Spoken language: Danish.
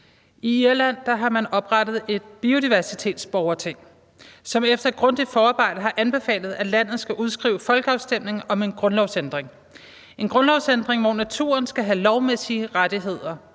I Irland har man oprettet et biodiversitetsborgerting, som efter et grundigt forarbejde har anbefalet, at der i landet skal udskrives en folkeafstemning om en grundlovsændring – en grundlovsændring, hvor naturen skal have lovmæssige rettigheder,